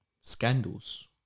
scandals